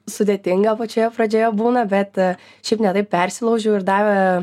sudėtinga pačioje pradžioje būna bet šiaip ne taip persilaužiau ir davė